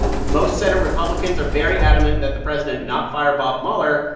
most senate republicans are very adamant that the president not fire bob mueller,